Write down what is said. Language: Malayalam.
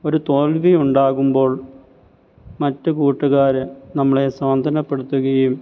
ഒരു തോൽവിയുണ്ടാകുമ്പോൾ മറ്റു കൂട്ടുകാര് നമ്മളെ സ്വാന്തനപ്പെടുത്തുകയും